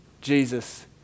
Jesus